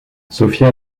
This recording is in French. sofia